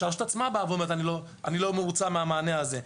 שהרשות עצמה אומרת אני לא מרוצה מהמענה הזה.